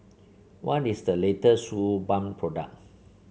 when is the latest Suu Balm product